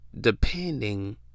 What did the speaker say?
depending